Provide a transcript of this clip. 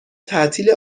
تعطیل